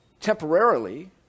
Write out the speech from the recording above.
temporarily